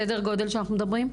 סדר גודל שאנחנו מדברים.